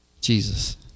Jesus